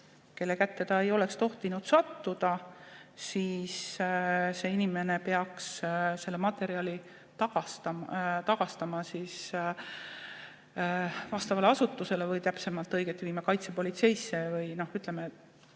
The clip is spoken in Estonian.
kelle kätte see ei oleks tohtinud sattuda, siis see inimene peaks selle materjali tagastama vastavale asutusele, õieti viima kaitsepolitseisse, või ütleme,